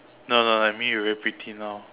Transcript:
no no I mean you very pretty now